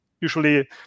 usually